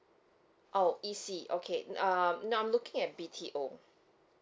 oh E_C okay um no I'm looking at B_T_O